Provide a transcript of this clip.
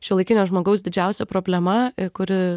šiuolaikinio žmogaus didžiausia problema kuri